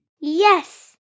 Yes